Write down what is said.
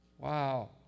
Wow